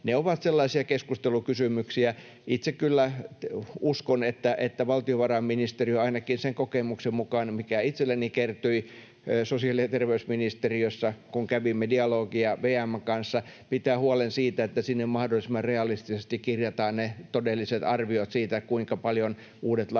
Ne ovat sellaisia keskustelukysymyksiä. Itse kyllä uskon, että valtiovarainministeriö — ainakin sen kokemuksen mukaan, mikä itselleni kertyi sosiaali- ja terveysministeriössä, kun kävimme dialogia VM:n kanssa — pitää huolen siitä, että sinne mahdollisimman realistisesti kirjataan ne todelliset arviot siitä, kuinka paljon uudet lait